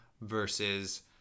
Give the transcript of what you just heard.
versus